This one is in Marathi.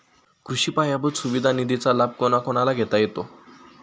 कृषी पायाभूत सुविधा निधीचा लाभ कोणाकोणाला घेता येतो?